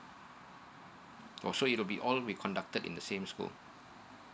oh it will be all be conducted in the same school